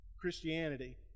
Christianity